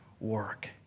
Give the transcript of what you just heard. work